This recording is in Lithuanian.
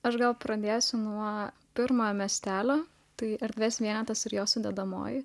aš gal pradėsiu nuo pirmojo miestelio tai erdvės vienetas ir jo sudedamoji